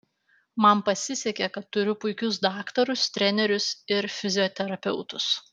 man pasisekė kad turiu puikius daktarus trenerius ir fizioterapeutus